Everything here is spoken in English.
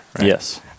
Yes